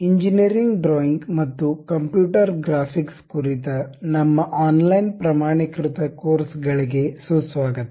engineering drawing ಮತ್ತು computer graphics ಕುರಿತ ನಮ್ಮ ಆನ್ಲೈನ್ ಪ್ರಮಾಣೀಕೃತ ಕೋರ್ಸ್ ಗಳಿಗೆ ಸುಸ್ವಾಗತ